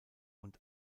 und